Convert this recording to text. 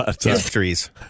Histories